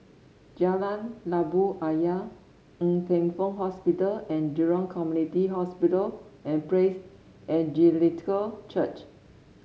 Jalan Labu Ayer Ng Teng Fong Hospital and Jurong Community Hospital and Praise Evangelical Church